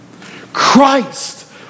Christ